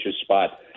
spot